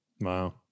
Wow